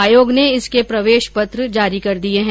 आयोग ने इसके प्रवेश पत्र जारी कर दिये है